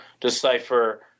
decipher